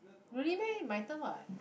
really meh my turn what